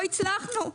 לא הצלחנו.